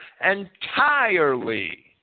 entirely